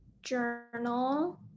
journal